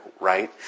Right